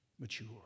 mature